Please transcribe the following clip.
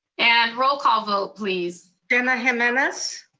and roll call vote, please. jena jimenez.